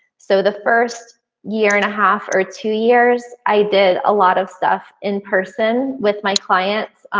so the first year and a half or two years, i did a lot of stuff in person with my clients,